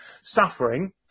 suffering